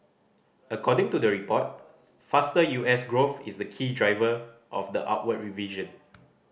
according to the report faster U S growth is the key driver of the upward revision